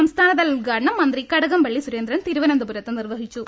സംസ്ഥാ നതല ഉദ്ഘാടനം മന്ത്രി കടകംപള്ളി സുരേന്ദ്രൻ തിരുവനന്തപു രത്ത് നിർവഹിച്ചു